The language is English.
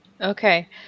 Okay